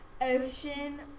Ocean